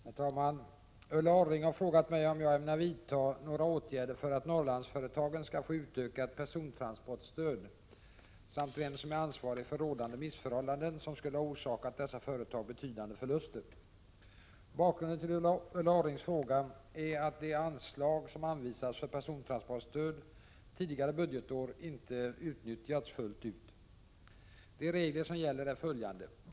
Herr talman! Ulla Orring har frågat mig om jag ämnar vidta några åtgärder för att Norrlandsföretagen skall få utökat persontransportstöd samt vem som är ansvarig för rådande missförhållanden, som skulle ha orsakat dessa företag betydande förluster. Bakgrunden till Ulla Orrings fråga är att det anslag som anvisats för persontransportstöd tidigare budgetår inte utnyttjats fullt ut. De regler som gäller är följande.